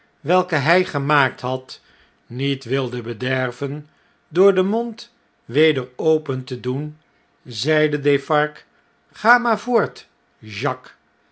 welken hij gemaakt had niet wilde bederven door den mond weder open te doen zeide def'arge ga maar voort jacques